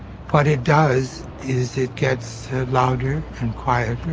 what it does is it gets louder and quieter,